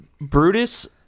Brutus